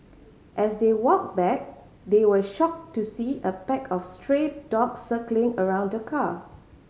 as they walked back they were shocked to see a pack of stray dogs circling around the car